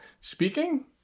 speaking—